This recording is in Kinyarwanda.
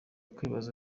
kwibaza